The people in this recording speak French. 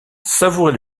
savourer